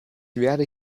werde